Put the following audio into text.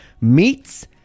meats